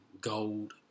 gold